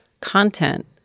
content